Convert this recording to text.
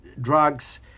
drugs